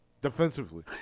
defensively